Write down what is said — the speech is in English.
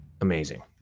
amazing